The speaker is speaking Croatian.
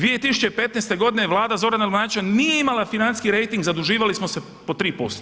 2015. godine Vlada Zorana Milanovića nije imala financijski rejting, zaduživali smo se po 3%